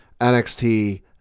NXT